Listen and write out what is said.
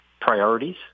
priorities